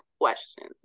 questions